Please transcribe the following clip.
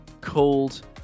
called